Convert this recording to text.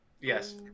Yes